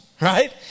right